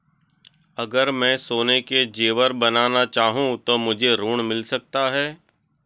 अगर मैं सोने के ज़ेवर बनाना चाहूं तो मुझे ऋण मिल सकता है?